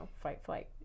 fight-flight